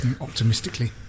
optimistically